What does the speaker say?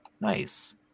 Nice